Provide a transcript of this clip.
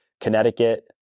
Connecticut